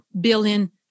billion